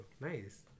Nice